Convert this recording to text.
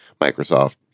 Microsoft